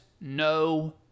no